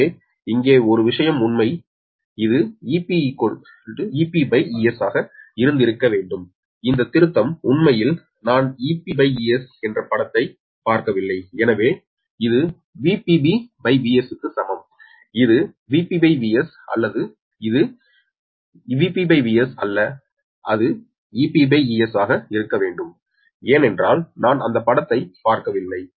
எனவே இங்கே ஒரு விஷயம் உண்மையில் இது EpEsக இருந்திருக்க வேண்டும் இந்த திருத்தம் உண்மையில் நான் EpEs என்ற படத்தை பார்க்கவில்லை எனவே இது VpBVsக்கு சமம் இது VpVs அல்ல அது EpEsயாக இருக்க வேண்டும் ஏனென்றால் நான் அந்த படத்தை பார்க்கவில்லை